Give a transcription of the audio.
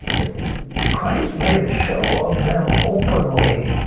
christ made a show of them openly,